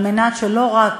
כדי שלא רק